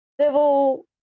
Civil